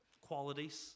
qualities